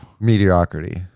mediocrity